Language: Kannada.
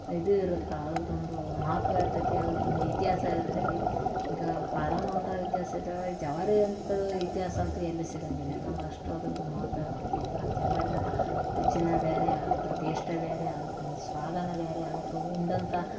ಇದು ಇರತ್ತೆ ಅದರದೊಂದು ಮಹತ್ವ ಇರ್ತೈತಿ ಅದ್ರದೊಂದು ಇತಿಹಾಸ ಇರ್ತೈತಿ ಈಗ ಪಾರಮ್ದು ಒಂಥರ ಇತಿಹಾಸ ಇದ್ರೆ ಜವಾರಿಯಂತೂ ಇತಿಹಾಸ ಅಂತೂ ಎಲ್ಲೂ ಸಿಗೊಂಗಿಲ್ಲ ಯಾಕಂದ್ರೆ ಅಷ್ಟು ಅದರದು ಮಹತ್ವ ಇರ್ತತಿ ಯಾಕಂದ್ರ್ ಜವಾರಿದಂಥ ರುಚಿನೇ ಬೇರೆ ಅದ್ರದು ಟೇಶ್ಟೇ ಬೇರೆ ಅದ್ರದೊಂದು ಸ್ವಾದವೇ ಬೇರೆ ಅದರದು ಉಂಡಂಥ